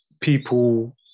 people